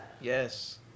Yes